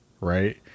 right